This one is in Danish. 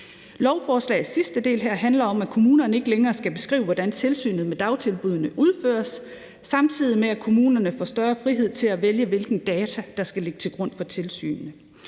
lovforslagets sidste del her handler om, at kommunerne ikke længere skal beskrive, hvordan tilsynet med dagtilbuddene udføres, samtidig med at kommunerne får større frihed til at vælge, hvilke data der skal ligge til grund for tilsynet.